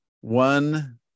one